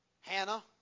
Hannah